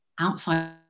outside